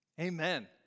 Amen